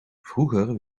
vroeger